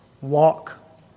walk